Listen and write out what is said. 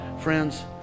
Friends